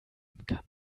kann